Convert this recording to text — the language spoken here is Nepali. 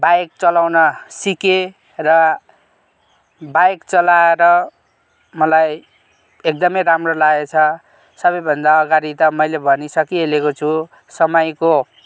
बाइक चलाउन सिकेँ र बाइक चलाएर मलाई एकदमै राम्रो लागेको छ सबैभन्दा अगाडि त मैले भनी सकिहालेको छु समयको